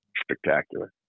spectacular